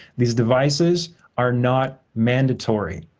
these devices are not mandatory.